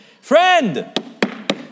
Friend